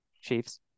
Chiefs